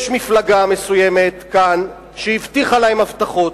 יש מפלגה מסוימת כאן שהבטיחה להם הבטחות.